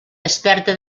desperta